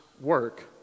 work